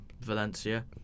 Valencia